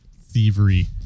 thievery